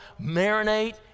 Marinate